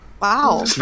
Wow